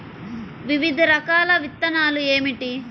వివిధ రకాల విత్తనాలు ఏమిటి?